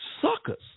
suckers